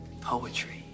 Poetry